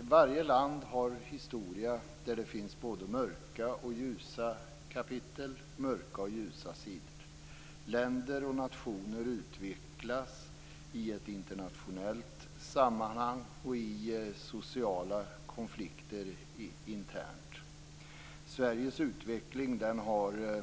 Varje land har både mörka och ljusa kapitel och mörka och ljusa sidor i sin historia. Länder och nationer utvecklas i ett internationellt sammanhang och i interna sociala konflikter. Sveriges utveckling har